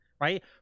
right